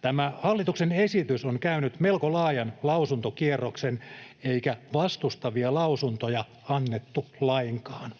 Tämä hallituksen esitys on käynyt melko laajan lausuntokierroksen, eikä vastustavia lausuntoja annettu lainkaan.